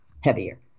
heavier